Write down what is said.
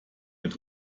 mit